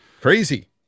crazy